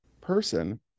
person